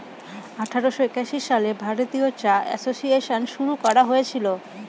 আঠারোশো একাশি সালে ভারতীয় চা এসোসিয়েসন শুরু করা হয়েছিল